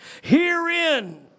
Herein